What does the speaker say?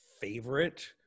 favorite